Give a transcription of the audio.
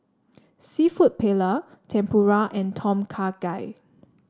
seafood Paella Tempura and Tom Kha Gai